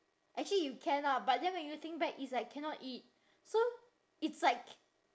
actually you can ah but then when you think back it's like cannot eat so it's like